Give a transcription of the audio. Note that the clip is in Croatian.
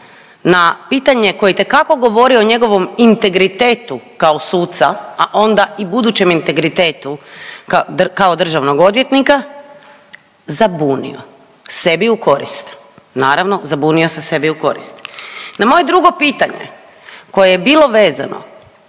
na pitanje koje itekako govori o njegovom integritetu kao suca, a onda i budućem integritetu kao državnog odvjetnika zabunio sebi u korist. Naravno zabunio se sebi u korist. Na moje drugo pitanje koje je bilo vezano